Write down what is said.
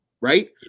right